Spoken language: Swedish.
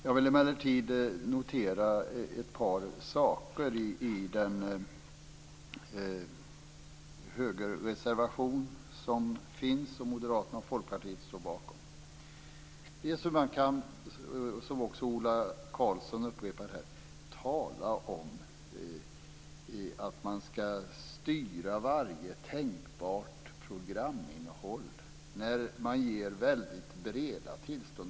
Jag vill emellertid notera ett par saker i den högerreservation som Moderaterna och Folkpartiet står bakom. Ola Karlsson upprepar det också här. Det sägs att regeringen skall styra varje tänkbart programinnehåll när den ger väldigt breda tillstånd.